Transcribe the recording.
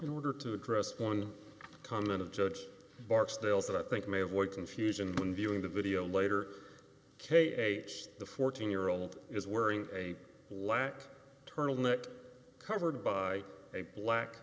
in order to address one comment of judge barksdale that i think may avoid confusion when viewing the video later k aged the fourteen year old is wearing a black turtleneck covered by a black